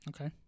Okay